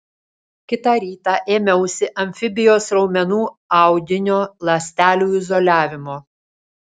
kitą rytą ėmiausi amfibijos raumenų audinio ląstelių izoliavimo